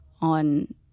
on